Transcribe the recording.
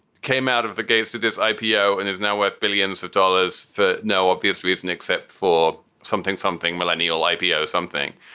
came out of the gates to this ipo and is now worth billions of dollars for no obvious reason except for something, something millennial ipo, something.